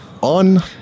on